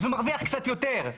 אז הוא מרוויח קצת יותר,